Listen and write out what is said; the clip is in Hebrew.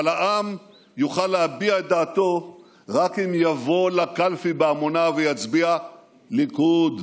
אבל העם יוכל להביע את דעתו רק אם יבוא לקלפי בהמוניו ויצביע ליכוד.